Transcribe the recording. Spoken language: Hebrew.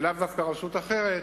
ולאו דווקא רשות אחרת,